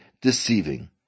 deceiving